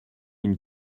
une